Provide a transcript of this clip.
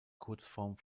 kurzform